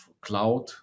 cloud